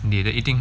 你的一定